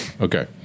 Okay